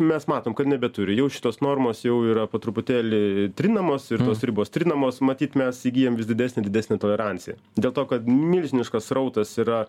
mes matom kad nebeturi jau šitos normos jau yra po truputėlį trinamos ir tos ribos trinamos matyt mes įgyjam vis didesnę didesnę toleranciją dėl to kad milžiniškas srautas yra